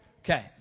Okay